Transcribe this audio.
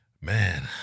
man